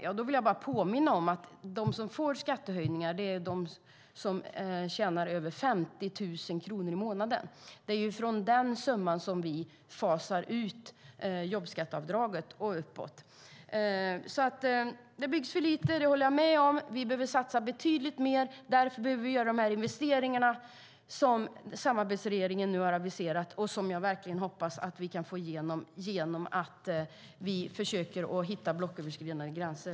Jag vill bara påminna om att de som får skattehöjningar är de som tjänar över 50 000 kronor i månaden. Det är från den summan och uppåt som vi fasar ut jobbskatteavdraget. Det byggs för lite. Det håller jag med om. Vi behöver satsa betydligt mer. Därför behöver vi göra de investeringar som samarbetsregeringen nu har aviserat och som jag verkligen hoppas att vi kan få igenom genom att vi försöker att hitta blocköverskridande gränser.